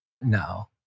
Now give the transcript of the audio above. no